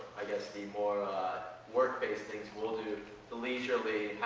i guess, the more ah workplace things. we'll do the leisurely,